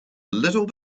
little